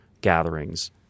gatherings